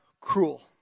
cruel